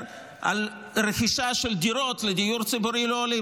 על רכישה של דירות לדיור ציבורי לעולים,